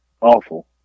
Awful